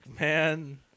man